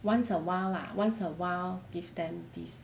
once a while lah once a while give them these